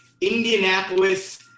Indianapolis